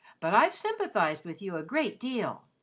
but i've sympathised with you a great deal,